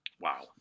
Wow